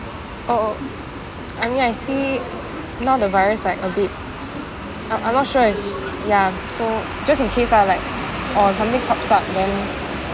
oh I mean I see now the virus like a bit I I'm not sure ya so just in case lah like or if something pops up then